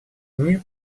мир